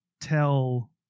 tell